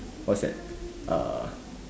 what's that uh